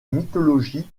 mythologie